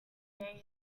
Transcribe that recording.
days